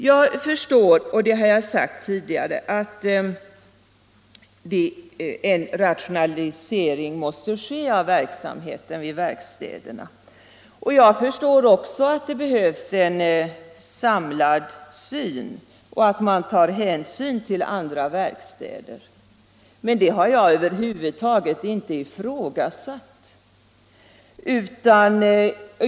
Jag förstår, och det har jag sagt tidigare, att en rationalisering måste ske av verksamheten vid SJ:s verkstäder. Jag förstår också att det behövs en samlad syn som innebär att man tar hänsyn till samtliga verkstäder. Men det har jag över huvud taget inte ifrågasatt.